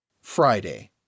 Friday